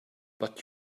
but